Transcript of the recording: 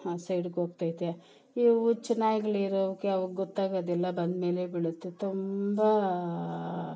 ಸೈಡ್ಗೆ ಹೋಗ್ತೈತೆ ಇವು ಹುಚ್ಚು ನಾಯಿಗಳು ಇರೋವಕ್ಕೆ ಅವು ಗೊತ್ತಾಗೋದಿಲ್ಲ ಬಂದು ಮೇಲೆ ಬೀಳುತ್ತೆ ತುಂಬ